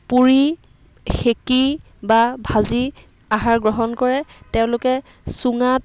পুৰি সেকি বা ভাজি আহাৰ গ্ৰহণ কৰে তেওঁলোকে চুঙাত